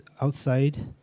outside